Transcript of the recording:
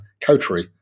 coterie